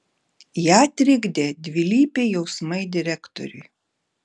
ją trikdė dvilypiai jausmai direktoriui